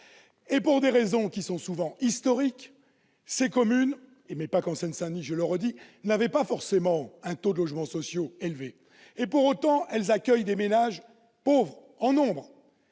Pour des raisons souvent historiques, ces communes- pas qu'en Seine-Saint-Denis, je le redis -n'ont pas forcément un taux de logement social élevé. Pour autant, elles accueillent des ménages pauvres en nombre.